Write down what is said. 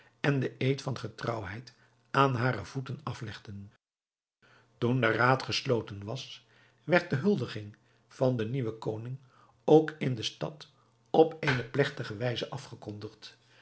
en den eed van getrouwheid aan hare voeten aflegden toen de raad gesloten was werd de huldiging van den nieuwen koning ook in de stad op eene plegtige wijze afgekondigd